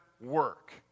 work